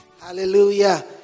Hallelujah